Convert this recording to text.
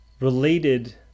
related